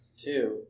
Two